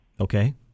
Okay